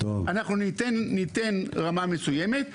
אנחנו ניתן רמה מסוימת,